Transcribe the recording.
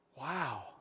Wow